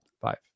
five